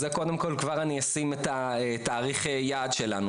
אז זה קודם כל אני כבר ישים את תאריך היעד שלנו.